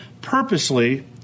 purposely